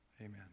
Amen